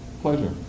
pleasure